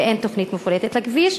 ואין תוכנית מפורטת לכביש.